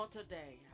today